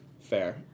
Fair